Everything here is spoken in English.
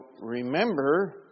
remember